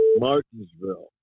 Martinsville